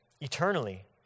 eternally